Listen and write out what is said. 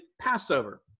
Passover